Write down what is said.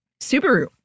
Subaru